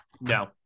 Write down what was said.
No